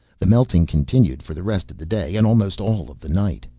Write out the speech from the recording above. the melting continued for the rest of the day and almost all of the night.